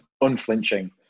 unflinching